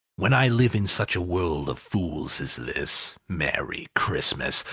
when i live in such a world of fools as this? merry christmas!